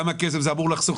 כמה כסף זה אמור לחסוך?